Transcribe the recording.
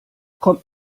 kommt